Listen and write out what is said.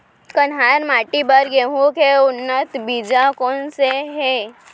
कन्हार माटी बर गेहूँ के उन्नत बीजा कोन से हे?